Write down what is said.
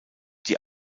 die